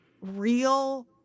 real